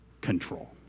control